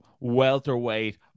welterweight